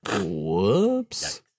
Whoops